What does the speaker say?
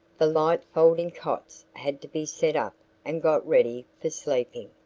the light folding cots had to be set up and got ready for sleeping,